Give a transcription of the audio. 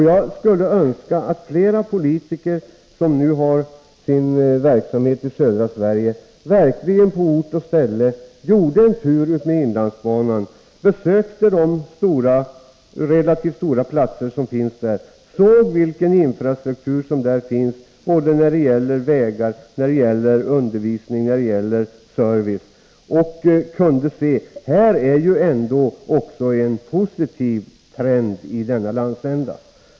Jag skulle önska att flera av de politiker som nu har sin verksamhet i södra Sverige tog en tur med inlandsbanan till ort och ställe och besökte de relativt stora platser som finns där, så att de fick se vilken infrastruktur som där finns både när det gäller vägar och när det gäller undervisning och service, och kunde konstatera: Här är ju en positiv trend i denna landsända!